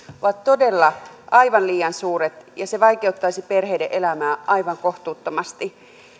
on todella aivan liian suuri ja se vaikeuttaisi perheiden elämää aivan kohtuuttomasti